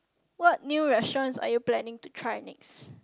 what new restaurant are you planning to try next